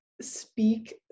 speak